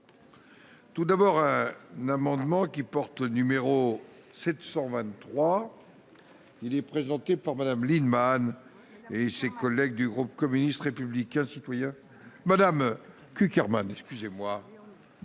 Tout d'abord n'amendements qui porte numéro 723 il est présenté par Madame Lienemann et ses collègues du groupe communiste républicain citoyen madame Cukierman excusez-moi.